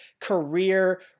career